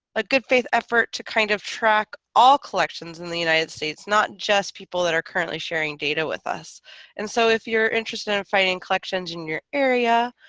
a good-faith effort to kind of track all collections in the united states. not just people that are currently sharing data with us and so if you're interested in finding collections in your area